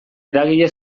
eragile